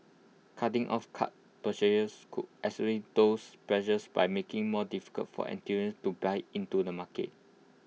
cutting off card purchases could those pressures by making more difficult for to buy into the market